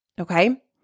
Okay